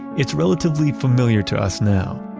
it's relatively familiar to us now,